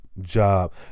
job